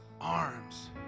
arms